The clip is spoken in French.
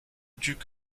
duc